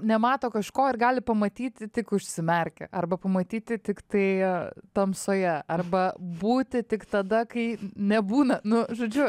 nemato kažko ir gali pamatyti tik užsimerkę arba pamatyti tiktai tamsoje arba būti tik tada kai nebūna nu žodžiu